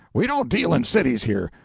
we don't deal in cities here.